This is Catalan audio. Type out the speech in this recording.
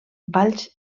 valls